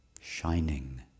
Shining